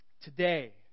Today